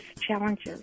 challenges